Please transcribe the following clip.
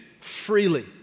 freely